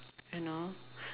you know